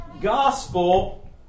gospel